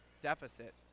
deficit